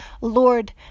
Lord